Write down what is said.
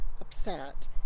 upset